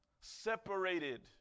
Separated